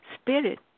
Spirit